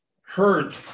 heard